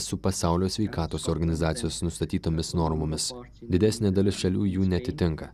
su pasaulio sveikatos organizacijos nustatytomis normomis didesnė dalis šalių jų neatitinka